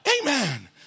Amen